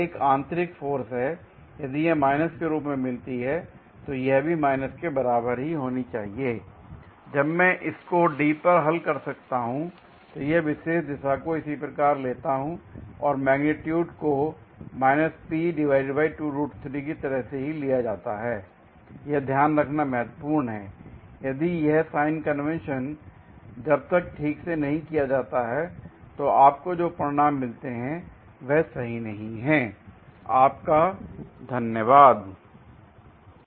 यह एक आंतरिक फोर्स है यदि यह माइनस के रूप में मिलती है तो यह भी माइनस के बराबर ही होनी चाहिए l जब मैं इसको D पर हल करता हूं तो यह विशेष दिशा को इसी प्रकार लेता हूं और मेग्नीट्यूड को की तरह से ही लिया जाता है l यह ध्यान रखना महत्वपूर्ण है l यदि यह साइन कन्वेंशन जब तक ठीक से नहीं किया जाता है तो आपको जो परिणाम मिलते हैं वह सही नहीं हैं l आपका धन्यवाद l